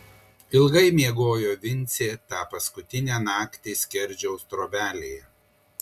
ilgai miegojo vincė tą paskutinę naktį skerdžiaus trobelėje